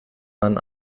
man